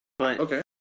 Okay